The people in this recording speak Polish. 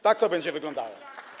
Tak to będzie wyglądało.